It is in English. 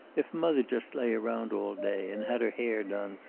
if mother just lay around all day, and had her hair done,